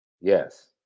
Yes